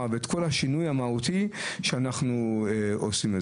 ואת כל השינוי המהותי שאנחנו עושים.